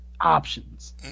options